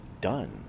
done